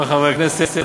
חברי חברי הכנסת,